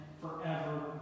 forever